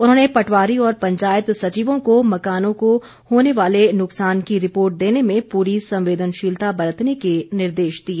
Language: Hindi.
उन्होंने पटवारी और पंचायत सचिवों को मकानों को होने वाले नुकसान की रिपोर्ट देने में पूरी संदेवनशीलता बरतने के निर्देश दिए